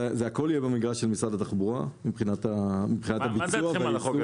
זה הכול יהיה במגרש של משרד התחבורה מבחינת הביצוע והיישום.